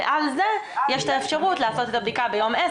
ועל זה יש את האפשרות לעשות את הבדיקה ביום 10